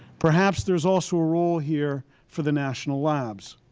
perhaps there is also a role here for the national labs.